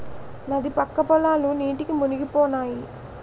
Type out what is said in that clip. నది పక్క పొలాలు నీటికి మునిగిపోనాయి